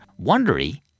Wondery